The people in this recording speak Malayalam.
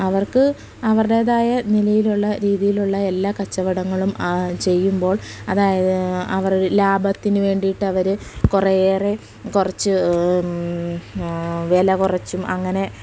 അവർക്ക് അവരുടേതായ നിലയിലുള്ള രീതിയിലുള്ള എല്ലാ കച്ചവടങ്ങളും ചെയ്യുമ്പോൾ അതായത് അവരുടെ ലാഭത്തിന് വേണ്ടിയിട്ട് അവർ കുറേയേറെ കുറച്ച് വില കുറച്ചും അങ്ങനെ